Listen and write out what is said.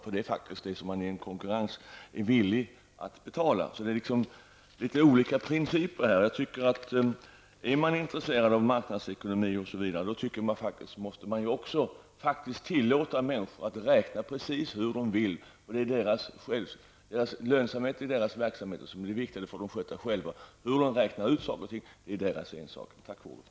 Priset är det man i en konkurrens är villig att betala. Det finns här litet olika principer. Är man intresserad av marknadsekonomi osv. måste man faktiskt tillåta människor att räkna precis hur de vill. Det är lönsamheten i deras verksamhet är som är det viktiga, och den får de sköta själva. Hur de räknar ut saker och ting är deras ensak. Tack för ordet.